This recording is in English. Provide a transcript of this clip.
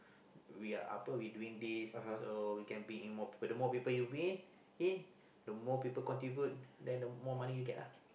we're upper we doing this so we can bring in more people the more people you bring in the more people contribute then the more money you get lah